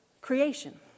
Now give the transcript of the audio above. creation